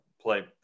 play